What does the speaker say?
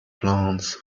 plants